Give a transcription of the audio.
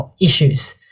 issues